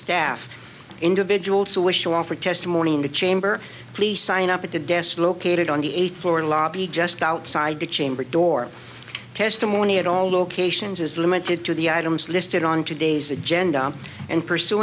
staff individuals who wish to offer testimony in the chamber please sign up at the desk located on the eighth floor lobby just outside the chamber door testimony at all locations is limited to the items listed on today's agenda and pursu